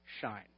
shine